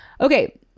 okay